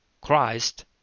Christ